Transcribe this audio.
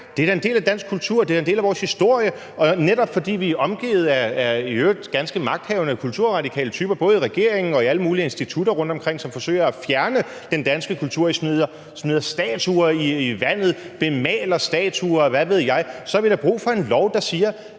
det er da en del af dansk kultur og en del af vores historie. Og netop fordi vi er omgivet af i øvrigt ganske magthavende kulturradikale typer både i regeringen og i alle mulige institutter rundtomkring, som forsøger at fjerne den danske kultur – smider statuer i vandet, bemaler statuer, og hvad ved jeg – så har vi da brug for en lov, der siger,